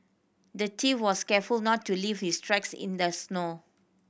the thief was careful to not leave his tracks in the snow